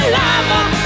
lover